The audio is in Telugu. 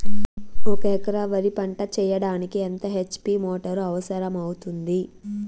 ఒక ఎకరా వరి పంట చెయ్యడానికి ఎంత హెచ్.పి మోటారు అవసరం అవుతుంది?